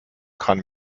kann